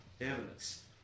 evidence